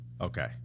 Okay